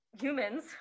humans